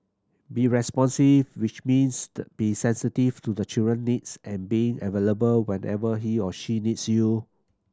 be responsive which means be sensitive to the children needs and being available whenever he or she needs you